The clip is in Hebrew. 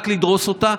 רק לדרוס אותה.